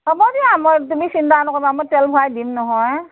হ'ব দিয়া মই তুমি চিন্তা নকৰিবা মই তেল ভৰাই দিম নহয়